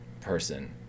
person